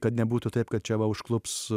kad nebūtų taip kad čia va užklups